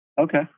Okay